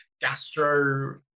gastro